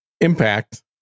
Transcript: impact